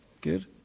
Good